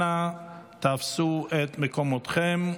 אנא תפסו את מקומותיכם.